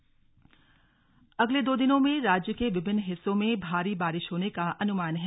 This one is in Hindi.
मौसम अगले दो दिनों में राज्य के विभिन्न हिस्सों में भारी बारिश होने का अनुमान है